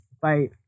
fight